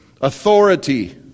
authority